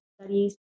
studies